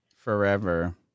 forever